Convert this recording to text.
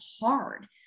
hard